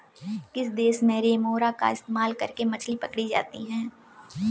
किस देश में रेमोरा का इस्तेमाल करके मछली पकड़ी जाती थी?